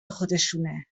خودشونه